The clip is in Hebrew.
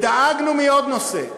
דאגנו מעוד נושא.